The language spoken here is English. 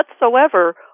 whatsoever